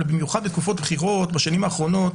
ובמיוחדת בתקופות אחרות בשנים האחרונות,